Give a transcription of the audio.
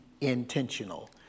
intentional